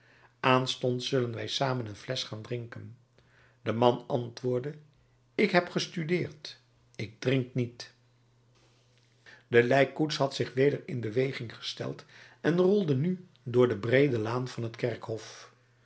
aanstonds zullen wij samen een flesch gaan drinken de man antwoordde ik heb gestudeerd ik drink niet de lijkkoets had zich weder in beweging gesteld en rolde nu door de breede laan van het kerkhof